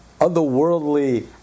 otherworldly